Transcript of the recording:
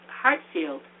Hartfield